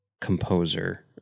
composer